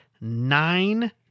nine